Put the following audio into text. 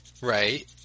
Right